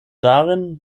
darin